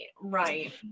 right